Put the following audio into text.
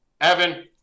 Evan